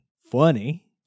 funny